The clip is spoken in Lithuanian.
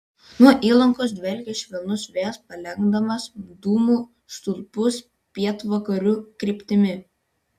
nuo įlankos dvelkė švelnus vėjas palenkdamas dūmų stulpus pietvakarių kryptimi